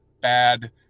bad